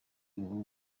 ubu